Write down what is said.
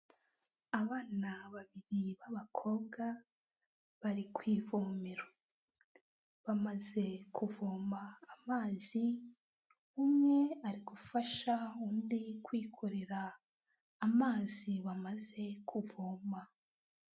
Abana babiri b'abakobwa bari ku ivomero. Bamaze kuvoma amazi umwe ari gufasha undi kwikorera amazi bamaze kuvoma.